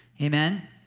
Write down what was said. Amen